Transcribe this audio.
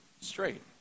straight